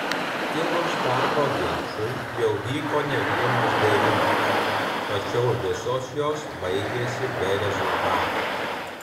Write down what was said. kilus darbo ginčui jau vyko ne vienos derybos tačiau visos jos baigėsi be rezultatų